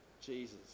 Jesus